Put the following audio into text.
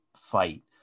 fight